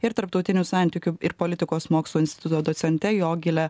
ir tarptautinių santykių ir politikos mokslų instituto docente jogile